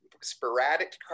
sporadic